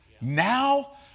Now